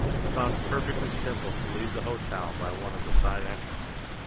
he found it perfectly simple to leave the hotel by one of the side entrances.